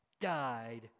died